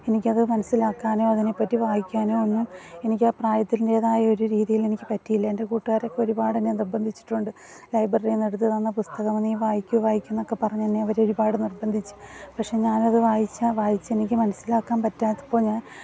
എനിക്കത് മനസ്സിലാക്കാനോ അതിനെപ്പറ്റി വായിക്കാനോ ഒന്നും എനിക്കാക്ക് ആ പ്രായത്തിൻ്റേതായൊരു രീതിയിൽ എനിക്ക് പറ്റിയില്ല എന്റെ കൂട്ടുകാരൊക്കെ ഒരുപാടെന്നെ നിര്ബന്ധിച്ചിട്ടുണ്ട് ലൈബ്രറിയിൽ നിന്നെടുത്തു തന്ന പുസ്തകമാണ് നീ വായിക്കു വായിക്കൂ എന്നൊക്കെ പറഞ്ഞ് എന്നെ അവരൊരുപാട് നിര്ബന്ധിച്ചു പക്ഷെ ഞാനത് വായിച്ചാൽ വായിച്ച് എനിക്ക് മനസ്സിലാക്കാൻ പറ്റാത്തപ്പോൾ ഞാൻ